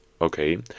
okay